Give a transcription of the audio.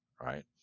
Right